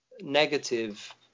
negative